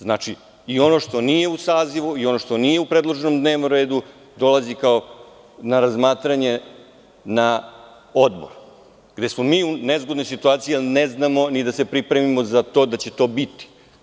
Znači, i ono što nije u sazivu i ono što nije u predloženom dnevnom redu dolazi na razmatranje na odbor gde smo mi u nezgodnoj situaciji jer ne znamo ni da se pripremimo za to da će to biti.